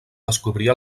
descobrir